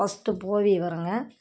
first போகிய வருங்க